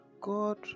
God